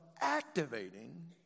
activating